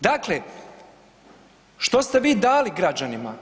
Dakle, što ste vi dali građanima?